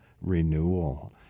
renewal